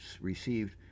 received